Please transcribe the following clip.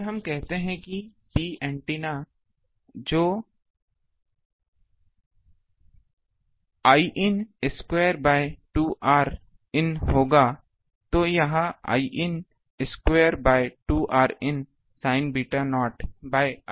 अगर हम कहते हैं कि P ऐन्टेना जो द्वारा Iin स्क्वायर बाय 2 Rin होगा तो यह Iin square by 2 Rin sine beta naught bye